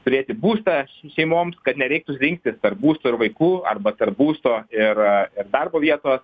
turėti būstą šeimoms kad nereiktų rinktis tarp būsto ir vaikų arba tarp būsto ir ir darbo vietos